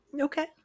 okay